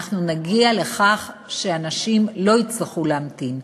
אנשים לא יצטרכו להמתין.